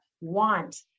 want